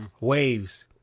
Waves